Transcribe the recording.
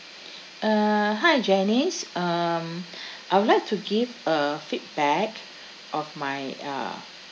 uh hi janice um I would like to give a feedback of my uh